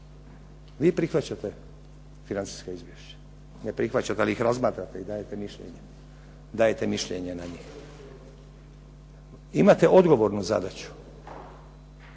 vi prihvaćate financijska izvješća. Ne prihvaćate, ali ih razmatrate i dajete mišljenje na njih. Imate odgovornu zadaću